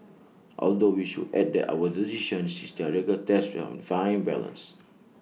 although we should add that our decision this regard rests on fine balance